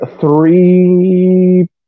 three